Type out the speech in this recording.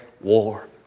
war